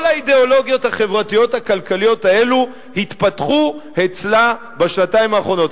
כל האידיאולוגיות החברתיות-הכלכליות האלו התפתחו אצלה בשנתיים האחרונות.